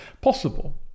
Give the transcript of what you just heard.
Possible